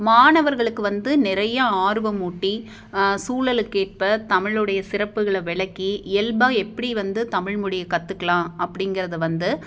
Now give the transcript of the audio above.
மாணவர்களுக்கு வந்து நிறையா ஆர்வமூட்டி சூழலுக்கேற்ப தமிழுடைய சிறப்புகளை விளக்கி இயல்பாக எப்படி வந்து தமிழ்மொழியை கற்றுக்கலாம் அப்படிங்கிறத வந்து